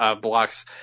blocks